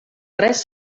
res